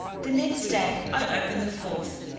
the next day i opened the fourth